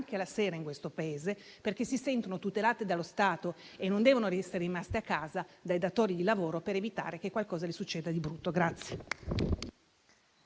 lavorare di sera in questo Paese, perché si sentono tutelate dallo Stato e non devono essere lasciate a casa dai datori di lavoro per evitare che succeda loro qualcosa di brutto.